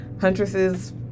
Huntresses